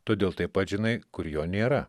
todėl taip pat žinai kur jo nėra